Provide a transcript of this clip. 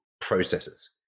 processes